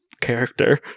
character